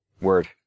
Word